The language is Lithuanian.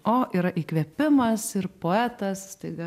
o yra įkvėpimas ir poetas staiga